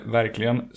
verkligen